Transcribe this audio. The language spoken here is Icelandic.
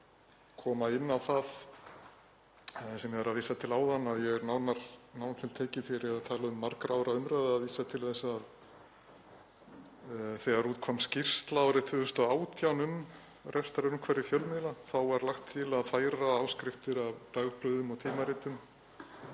koma inn á það sem ég var að vísa til áðan; ég er nánar til tekið að tala um margra ára umræðu og vísa til þess þegar út kom skýrsla árið 2018 um rekstrarumhverfi fjölmiðla. Þá var lagt til að færa áskriftir af dagblöðum og tímaritum